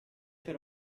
per